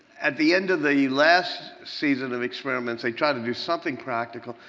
at the end of the last season of experiments they try to do something practical,